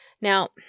Now